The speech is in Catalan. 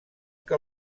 que